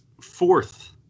fourth